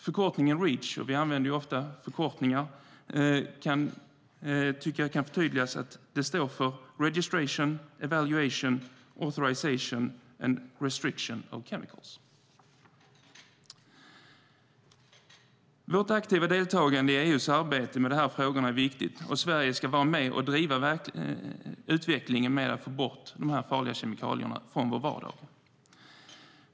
Förkortningen Reach - vi använder ju ofta förkortningar - står för Registration, Evaluation, Authorisation and Restriction of Chemicals. Vårt aktiva deltagande i EU:s arbete med de här frågorna är viktigt, och Sverige ska vara med och driva utvecklingen med att få bort de farliga kemikalierna från vår vardag.